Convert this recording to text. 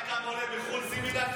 אתה יודע כמה עולה בחו"ל סימילאק?